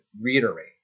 reiterate